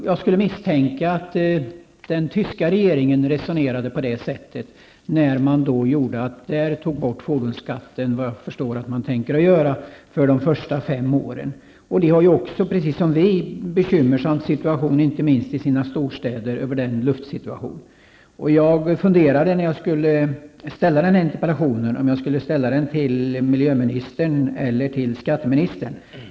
Jag skulle misstänka att den tyska regeringen resonerade på det sättet när man tog bort -- såvitt jag förstår tänker man i alla fall göra så -- fordonsskatten för de första fem åren. Tyskarna har precis som vi en bekymmersam situation inte minst i sina storstäder när det gäller luftföroreningarna. Jag funderade om jag skulle ställa den här frågan till miljöministern eller till skatteministern.